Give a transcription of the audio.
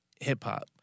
hip-hop